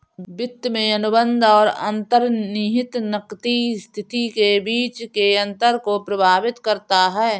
वित्त में अनुबंध और अंतर्निहित नकदी स्थिति के बीच के अंतर को प्रभावित करता है